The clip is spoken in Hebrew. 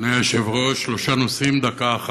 אדוני היושב-ראש, שלושה נושאים, דקה אחת: